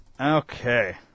Okay